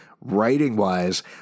writing-wise